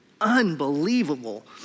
unbelievable